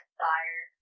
fire